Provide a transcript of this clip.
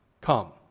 come